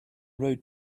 road